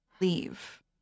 leave